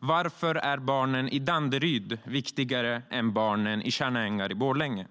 Varför är barnen i Danderyd viktigare än barnen i Tjärna Ängar i Borlänge?